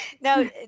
Now